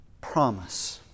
promise